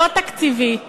לא תקציבית,